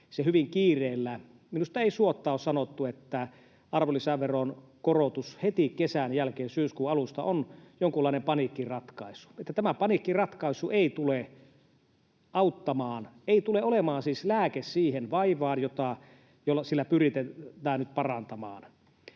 se hyvin kiireellä... Minusta ei suotta ole sanottu, että arvonlisäveron korotus heti kesän jälkeen syyskuun alusta on jonkunlainen paniikkiratkaisu. Tämä paniikkiratkaisu ei tule auttamaan, ei tule olemaan siis lääke siihen vaivaan, jota sillä pyritään nyt parantamaan.